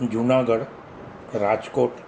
Junagadh Rajkot